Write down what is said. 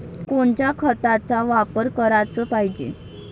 कोनच्या खताचा वापर कराच पायजे?